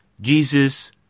Jesus